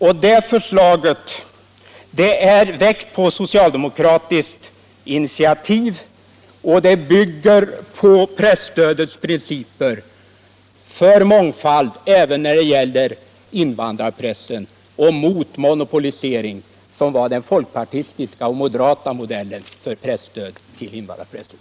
Och det förslaget är väckt på socialdemokratiskt initiativ, och det bygger på presstödets principer för mångfald även när det gäller invandrarpressen. Det är mot monopolisering som var den folkpartistiska och moderata modellen för presstöd till invandrarpressen.